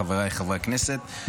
חבריי חברי הכנסת,